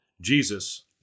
Jesus